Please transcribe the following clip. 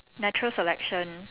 natural selection